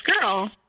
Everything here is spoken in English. girl